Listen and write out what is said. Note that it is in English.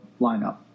lineup